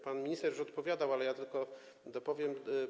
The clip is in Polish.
Pan minister już odpowiadał, ale ja jeszcze tylko dopowiem.